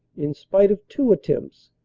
in spite of two attempts,